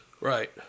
Right